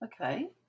okay